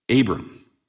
Abram